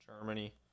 Germany